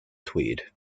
tweed